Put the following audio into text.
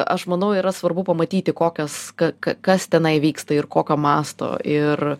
aš manau yra svarbu pamatyti kokios ka ka kas tenai vyksta ir kokio masto ir